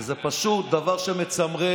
זה פשוט דבר שמצמרר.